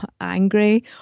angry